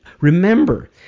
remember